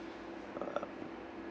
uh